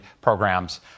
programs